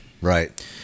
right